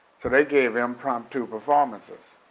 so they gave impromptu performances,